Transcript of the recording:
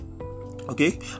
Okay